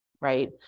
right